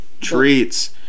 treats